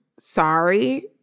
sorry